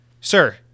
Sir